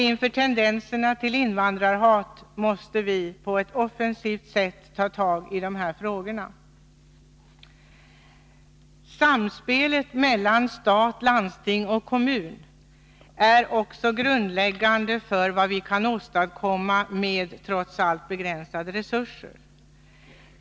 Inför tendenserna till invandrarhat måste vi på ett offensivt sätt ta tag i de här frågorna. Samspelet mellan stat, landsting och kommun är också grundläggande för vad vi kan åstadkomma med trots allt begränsade resurser.